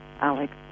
Alex